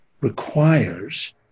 requires